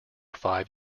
five